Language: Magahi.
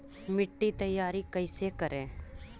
मिट्टी तैयारी कैसे करें?